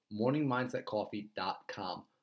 Morningmindsetcoffee.com